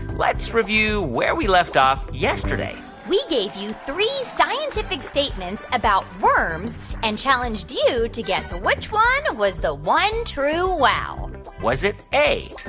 let's review where we left off yesterday we gave you three scientific statements about worms and challenged you to guess which one was the one true wow was it a,